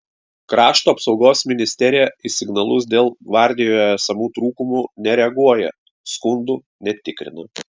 krašto apsaugos ministerija į signalus dėl gvardijoje esamų trūkumų nereaguoja skundų netikrina